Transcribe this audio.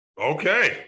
Okay